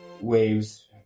waves